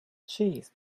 cheese